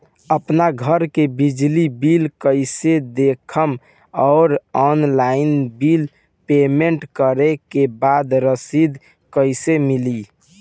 आपन घर के बिजली बिल कईसे देखम् और ऑनलाइन बिल पेमेंट करे के बाद रसीद कईसे मिली?